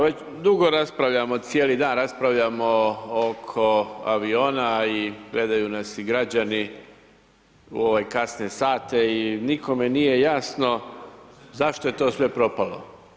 Već dugo raspravljamo cijeli dan raspravljamo oko aviona i gledaju nas i građani u ove kasne sate i nikome nije jasno zašto je to sve propalo.